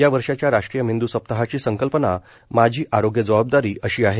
या वर्षाच्या राष्ट्रीय मेंद् सप्ताहाची संकल्पना माझी आरोग्य जबाबदारी अशी आहे